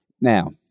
Now